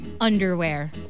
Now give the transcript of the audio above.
Underwear